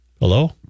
Hello